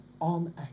on